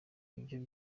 ibyo